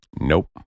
Nope